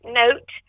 note